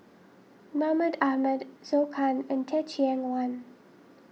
Mahmud Ahmad Zhou Can and Teh Cheang Wan